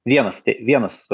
vienas tei vienas